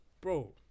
Bro